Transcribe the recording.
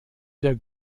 der